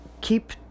keep